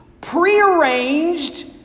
prearranged